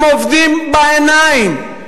הם עובדים בעיניים,